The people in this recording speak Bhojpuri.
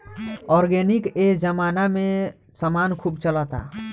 ऑर्गेनिक ए जबाना में समान खूब चलता